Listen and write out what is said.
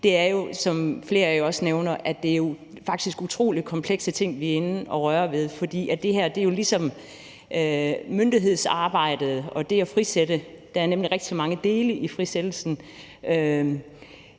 at det, som flere af jer også nævner, er utrolig komplekse ting, vi er inde at røre ved. For det her er jo ligesom myndighedsarbejdet, og der er rigtig mange dele i frisættelsen,